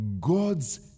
God's